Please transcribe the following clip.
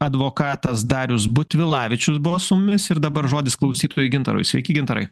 advokatas darius butvilavičius buvo su mumis ir dabar žodis klausytojui gintarui sveiki gintarai